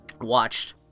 watched